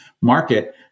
market